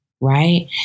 right